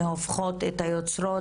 מ"הופכות את היוצרות",